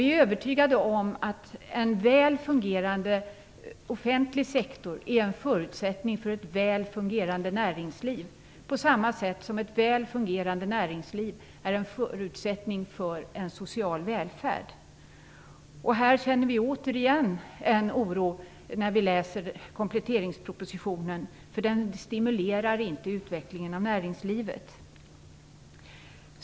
Vi är övertygade om att en väl fungerande offentlig sektor är en förutsättning för ett väl fungerande näringsliv, på samma sätt som ett väl fungerande näringsliv är en förutsättning för social välfärd. Här känner vi återigen oro när vi läser kompletteringspropositionen, för den stimulerar inte näringslivets utveckling.